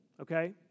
okay